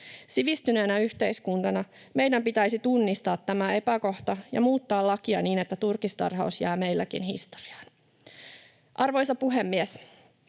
Sivistyneenä yhteiskuntana meidän pitäisi tunnistaa tämä epäkohta ja muuttaa lakia niin, että turkistarhaus jää meilläkin historiaan. Arvoisa puhemies!